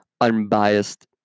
unbiased